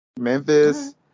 Memphis